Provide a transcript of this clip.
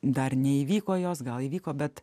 dar neįvyko jos gal įvyko bet